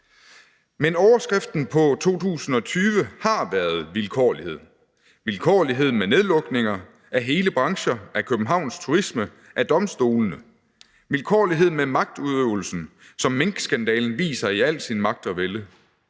Men overskriften på 2020 har været vilkårlighed. Vilkårlighed med nedlukninger af hele brancher, af Københavns turisme og af domstolene. Vilkårlighed med magtudøvelsen, som minkskandalen viser i al sin magt og vælde.